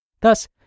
Thus